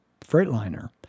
Freightliner